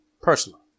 Personal